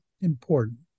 important